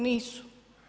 Nisu.